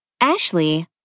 Ashley